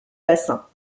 bassin